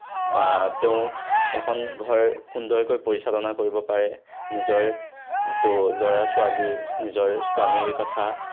বা তেওঁ এখন ঘৰ সুন্দৰকৈ পৰিচালনা কৰিব পাৰে নিজৰ তো ল'ৰা ছোৱালী নিজৰ স্বামীৰ কথা